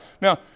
Now